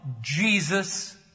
Jesus